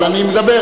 אבל אני מדבר.